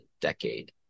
decade